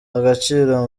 agaciro